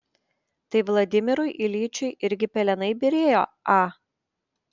tai vladimirui iljičiui irgi pelenai byrėjo a